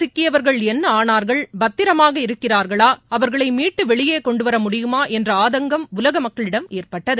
சிக்கியவர்கள் என்னஆனார்கள் பத்திரமாக இருக்கிறார்களா அந்தகுகையில் அவர்களைமீட்டுவெளியேகொண்டுவர முடியுமாஎன்றஆதங்கம் உலகமக்களிடம் ஏற்பட்டது